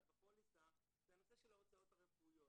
בפוליסה זה הנושא של ההוצאות הרפואיות.